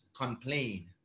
complain